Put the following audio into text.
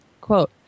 Quote